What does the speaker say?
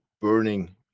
burning